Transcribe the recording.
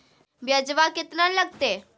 ब्यजवा केतना लगते?